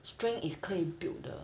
strength is 可以 built 的